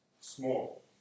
small